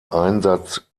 einsatz